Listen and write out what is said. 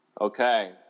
Okay